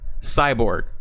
Cyborg